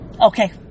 Okay